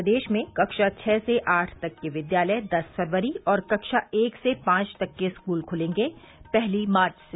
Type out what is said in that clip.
प्रदेश में कक्षा छह से आठ तक के विद्यालय दस फरवरी और कक्षा एक से पांच तक के स्कूल खूलेंगे पहली मार्च से